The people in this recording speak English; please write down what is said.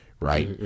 right